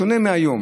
בשונה מהיום,